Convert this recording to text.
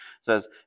says